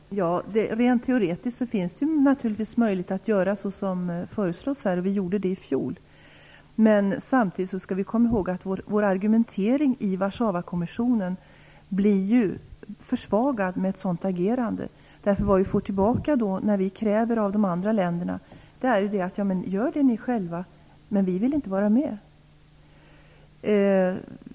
Fru talman! Rent teoretiskt finns det naturligtvis möjligheter att göra så som föreslås här. Vi gjorde det i fjol. Men samtidigt skall vi komma ihåg att vår argumentering i Warszawakommissionen blir försvagad med ett sådant agerande. När vi då kräver detta av de andra länderna får vi tillbaka: Gör det ni själva! Vi vill inte vara med.